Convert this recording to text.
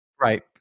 right